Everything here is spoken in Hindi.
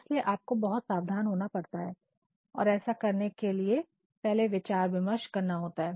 इसलिए आपको बहुत सावधान होना पड़ता है और आपको ऐसा करने से पहले विचार विमर्श करना होता है